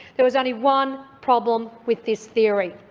there was only one problem with this theory.